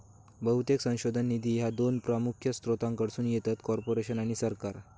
बहुतेक संशोधन निधी ह्या दोन प्रमुख स्त्रोतांकडसून येतत, कॉर्पोरेशन आणि सरकार